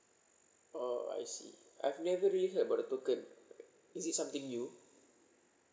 oh I see I have never really heard about the token is it something new